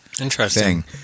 interesting